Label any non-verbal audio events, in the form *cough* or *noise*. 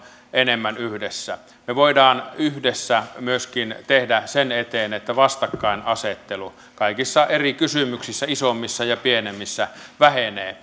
enemmän yhdessä me voimme myöskin yhdessä tehdä sen eteen että vastakkainasettelu kaikissa eri kysymyksissä isommissa ja pienemmissä vähenee *unintelligible*